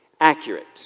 accurate